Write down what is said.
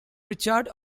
richard